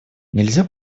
нельзя